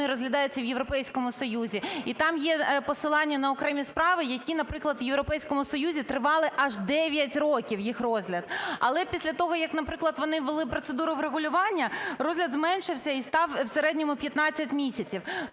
вони розглядаються в Європейському Союзі. І там є посилання н окремі справи, які, наприклад, в Європейському Союзі тривали аж 9 років, їх розгляд. Але після того, як, наприклад, вони ввели процедуру врегулювання, розгляд зменшився і став в середньому 15 місяців.